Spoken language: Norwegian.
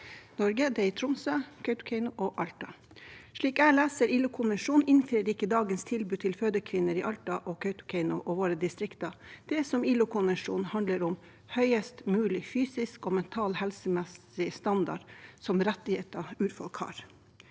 er i Tromsø, Kautokeino og Alta. Slik jeg leser ILO-konvensjonen, innfrir ikke dagens tilbud til fødekvinner i Alta og Kautokeino og våre distrikter det som ILO-konvensjonen handler om: høyest mulig fysisk og mental helsemessig standard, som er rettigheter urfolk har.